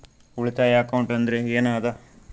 ಉಳಿತಾಯ ಅಕೌಂಟ್ ಅಂದ್ರೆ ಏನ್ ಅದ?